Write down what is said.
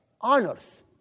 honors